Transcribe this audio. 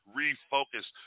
refocus